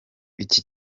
iki